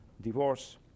divorce